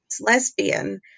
lesbian